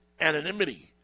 anonymity